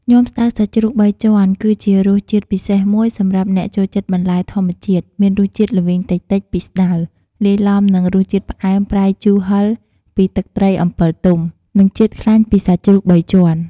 ញាំស្តៅសាច់ជ្រូកបីជាន់ គឺជារសជាតិពិសេសមួយសម្រាប់អ្នកចូលចិត្តបន្លែធម្មជាតិ មានរសជាតិល្វីងតិចៗពីស្តៅ លាយឡំនឹងរសជាតិផ្អែម ប្រៃ ជូរ ហិរ ពីទឹកត្រីអំពិលទុំ និងជាតិខ្លាញ់ពីសាច់ជ្រូកបីជាន់។